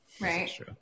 Right